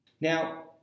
Now